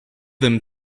them